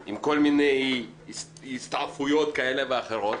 עם כל מיני הסתעפויות כאלה ואחרות.